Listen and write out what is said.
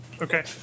Okay